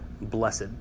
blessed